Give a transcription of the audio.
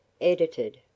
Edited